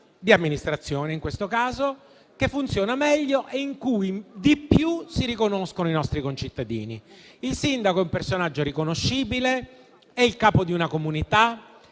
di amministrazione, in questo caso - che funziona meglio e in cui di più si riconoscono i nostri concittadini. Il sindaco è un personaggio riconoscibile: è il capo di una comunità,